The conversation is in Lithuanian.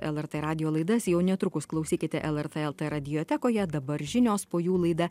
lrt radijo laidas jau netrukus klausykite lrt lt radiotekoje dabar žinios po jų laida